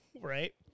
right